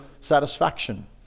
satisfaction